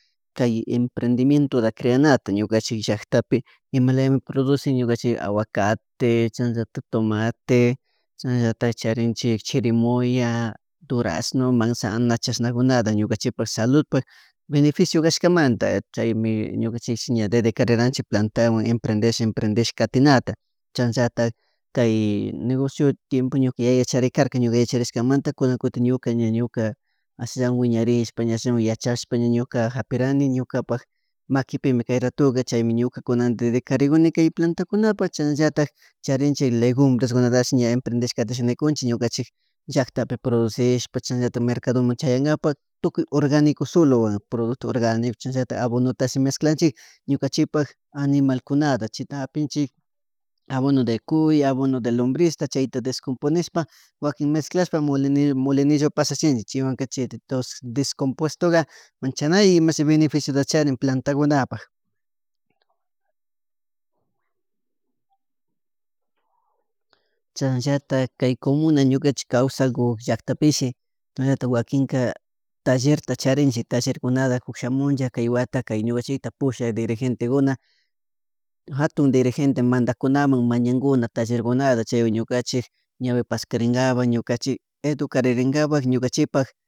Kay emprendimientota creanata ñukanchik llaktapi imalayami producen ñukanchik aguacate, chashnata tomate, chashnata charinchik chirimoya, durazno, manzana, chashnakunata ñukanchikpak saludpak beneficio kashkamanta chaymi ñukanchish ña dedicarirkanchik platawan emprendesh emprendish katinata chashnallata kay negocio tiempoña ñuka yachirikarka ñuka yacharishkamanta kunn kutin ñuka ñañuka, alliyawan ña wiñarishka pa ashawan yachashpa ñuka japirane ñupak makipimi kay ratukachaymi ñukati dedicarikuni kunan kay plantakunapak chashnallatak charinchik legunbreskunatash ña emprendesh katishanikunchik ñukanchik llaktapi producishishpa chashnallata mercadoman chaynkapak tukuy organicos solowan productos organicos chashanllatak abonowantashi mezclaclanchik ñuaknchipak animalkunata chita afipinchik abono de cuy abono de lombrizta chayta descomponishpa wakin mezclashpa moli molinillopi pasachinchik chaywan chay descompuestoka manchnay beneficiota charin plantakiunapak. Chanllata kay comuna ñukanchik kawsakun llaktapishi shinllatik wakinka tallerta charinchik tallerkunata cukshamunlla kay wata kay ñukanchikta pushak dirigentekuna jatun dirigente mandakunamun mañankuna tallerkunata chay ñukanchik ñawi paskarenkapak ñukanchik educaririnkapak ñukanchikpak